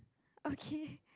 okay